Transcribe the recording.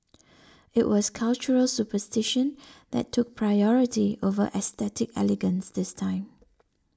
it was cultural superstition that took priority over aesthetic elegance this time